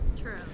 True